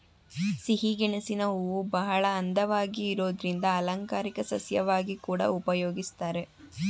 ಸಿಹಿಗೆಣಸಿನ ಹೂವುಬಹಳ ಅಂದವಾಗಿ ಇರೋದ್ರಿಂದ ಅಲಂಕಾರಿಕ ಸಸ್ಯವಾಗಿ ಕೂಡಾ ಉಪಯೋಗಿಸ್ತಾರೆ